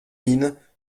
mines